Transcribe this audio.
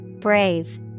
Brave